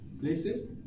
places